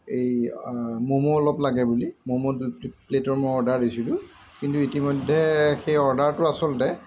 এই ম'ম' অলপ লাগে বুলি ম'ম' দুই প্লেট প্লেটৰ মই অৰ্ডাৰ দিছিলোঁ কিন্তু ইতিমধ্যে সেই অৰ্ডাৰটো আচলতে